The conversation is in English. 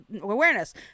awareness